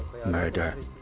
Murder